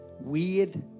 weird